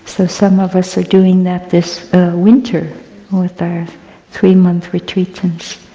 so some of us are doing that this winter with our three months retreatants.